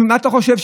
מה אתה חושב,